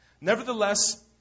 Nevertheless